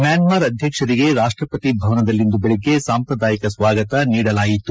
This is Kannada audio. ಮ್ಯಾನ್ಮಾರ್ ಅಧ್ಯಕ್ಷರಿಗೆ ರಾಷ್ಟಪತಿ ಭವನದಲ್ಲಿಂದು ಬೆಳಗ್ಗೆ ಸಾಂಪ್ರದಾಯಿಕ ಸ್ವಾಗತ ನೀಡಲಾಯಿತು